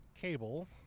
cable